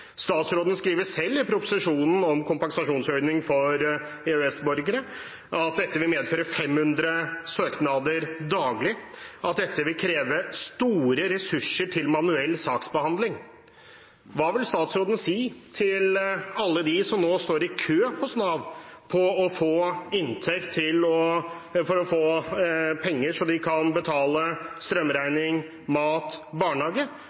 Statsråden skriver selv i proposisjonen om kompensasjonsordning for EØS-borgere at dette vil medføre 500 søknader daglig, og at det vil kreve store ressurser til manuell saksbehandling. Hva vil statsråden si til alle dem som nå står i kø hos Nav for å få penger til å